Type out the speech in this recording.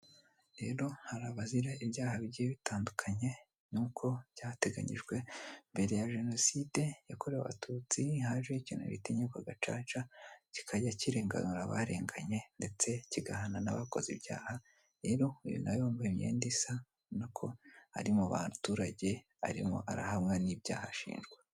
Rero hari abazira ibyaha bigiye bitandukanye nuko byateganyijwe mbere ya jenocide yakorewe abatutsi hajeho ikintu bita inyikogacaca kikajya kirenganura abarenganye ndetse kigahana abakoze ibyaha, rero uyu nawe wambaye imyenda isa urabona ko ari mubaturage arimo arahamwa n'ibyaha ashinzwa.